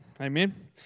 Amen